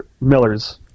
Miller's